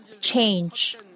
change